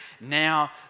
now